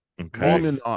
Okay